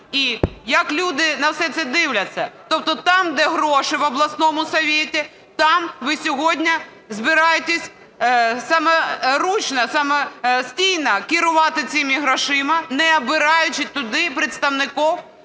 І як люди на все це дивляться? Тобто там, де гроші в обласному совете, там ви сьогодні збираєтесь самостійно керувати цими грошима, не обираючи туди представників